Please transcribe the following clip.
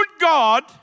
God